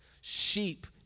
Sheep